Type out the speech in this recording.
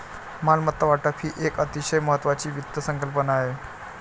मालमत्ता वाटप ही एक अतिशय महत्वाची वित्त संकल्पना आहे